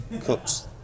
cooks